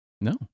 no